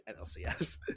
NLCS